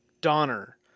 Donner